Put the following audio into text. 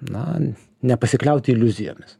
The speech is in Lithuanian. na nepasikliauti iliuzijomis